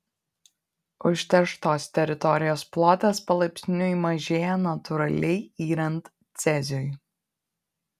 užterštos teritorijos plotas palaipsniui mažėja natūraliai yrant ceziui